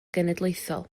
genedlaethol